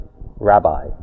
rabbi